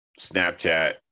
Snapchat